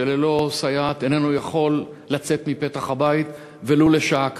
שללא סייעת איננו יכול לצאת מפתח הבית ולו לשעה קלה.